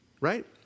right